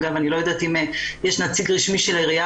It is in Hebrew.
אני לא יודעת אם יש נציג רשמי של העירייה